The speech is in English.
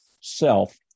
self